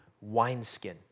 wineskin